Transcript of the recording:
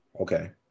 Okay